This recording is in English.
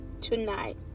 tonight